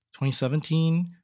2017